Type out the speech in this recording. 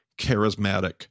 charismatic